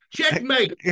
checkmate